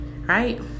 right